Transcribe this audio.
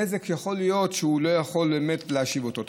נזק שיכול להיות שלא יכולים באמת להשיב אותו.